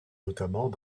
notamment